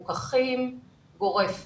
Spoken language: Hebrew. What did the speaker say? המפוקחים, זה גורף לכולם.